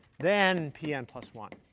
then p n plus one.